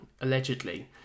allegedly